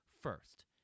first